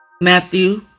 Matthew